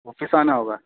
office آنا ہوگا